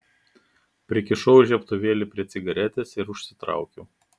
prikišau žiebtuvėlį prie cigaretės ir užsitraukiau